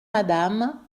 madame